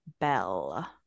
Bell